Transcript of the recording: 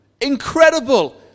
Incredible